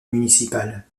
municipale